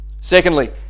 Secondly